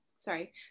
Sorry